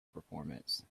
performance